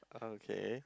okay